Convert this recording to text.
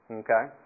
okay